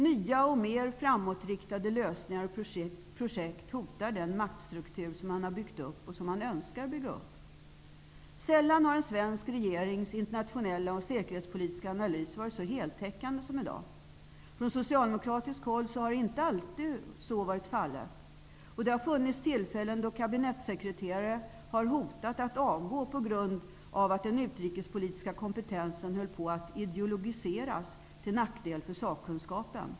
Nya och mer framåtriktade lösningar och projekt hotar den maktstruktur som de har byggt upp och som de önskar bygga upp. Sällan har en svensk regerings internationella och säkerhetspolitiska analys varit så heltäckande som i dag. Från socialdemokratiskt håll har det inte alltid varit fallet. Det har funnits tillfällen då kabinettssekreterare har hotat att avgå på grund av att den utrikespolitiska kompetensen höll på att ideologiseras till nackdel för sakkunskapen.